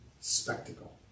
spectacle